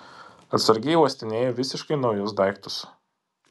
atsargiai uostinėju visiškai naujus daiktus